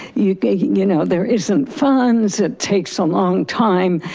you you know, there isn't funds, it takes a long time.